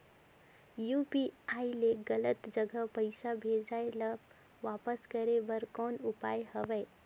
UPI ले गलत जगह पईसा भेजाय ल वापस करे बर कौन उपाय हवय?